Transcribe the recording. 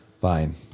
Fine